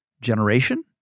generation